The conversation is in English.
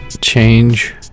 change